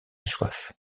soif